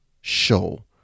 show